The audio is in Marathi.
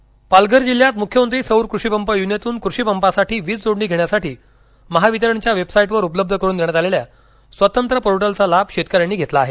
कषी पंप पालघर जिल्ह्यात मुख्यमंत्री सौर कृषीपंप योजनेतून कृषिपंपा साठी वीजजोडणी घेण्यासाठी महावितरणच्या वेबसाईटवर उपलब्ध करून देण्यात आलेल्या स्वतंत्र पोर्टलचा लाभ शेतकऱ्यांनी घेतला आहे